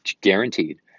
guaranteed